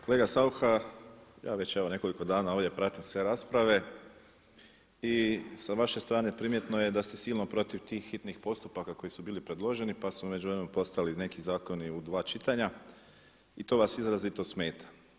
Kolega Saucha, ja već evo nekoliko dana ovdje pratim sve rasprave i sa vaše strane primjetno je ste silno protiv tih hitnih postupaka koji su bili predloženi pa su u međuvremenu postali neki zakoni u dva čitanja i to vas izrazito smeta.